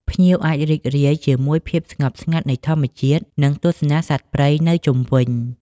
ភ្ញៀវអាចរីករាយជាមួយភាពស្ងប់ស្ងាត់នៃធម្មជាតិ និងទស្សនាសត្វព្រៃនៅជុំវិញ។